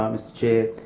mr chair,